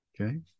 okay